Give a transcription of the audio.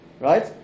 right